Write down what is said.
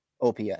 OPS